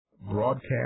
Broadcast